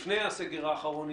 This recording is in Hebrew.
לפני הסגר האחרון,